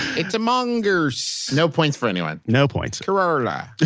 it's a mongoorse no points for anyone no points a koarla.